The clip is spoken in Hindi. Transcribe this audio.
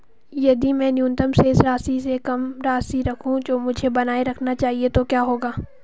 यदि मैं न्यूनतम शेष राशि से कम राशि रखूं जो मुझे बनाए रखना चाहिए तो क्या होगा?